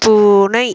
பூனை